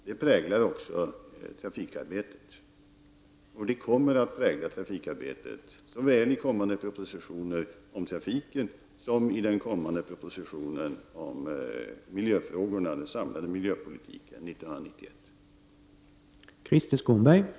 Detta präglar också trafikarbetet, och kommer att göra det såväl i kommande propositioner om trafiken som i den proposition om miljöfrågor och den samlade miljöpolitiken som kommer att läggas fram 1991.